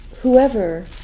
whoever